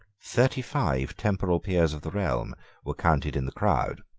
thirty-five temporal peers of the realm were counted in the crowd.